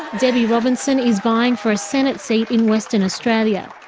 debbie robinson is vying for a senate seat in western australia.